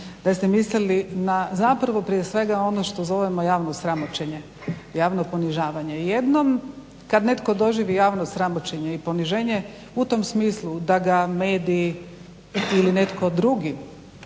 da ste mislili na zapravo prije svega ono što zovemo javno sramoćenje, javno ponižavanje. Jednom kada netko doživi javno sramoćenje i poniženje u tom smislu da ga mediji ili netko drugi